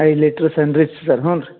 ಐದು litre Sunrich sir ಹ್ಞೂ ರೀ